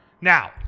Now